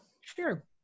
sure